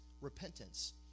repentance